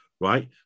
right